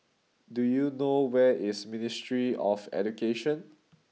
do you know where is Ministry of Education